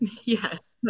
Yes